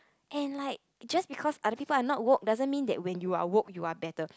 and like just because other people are not woke doesn't mean that when you are woke you are better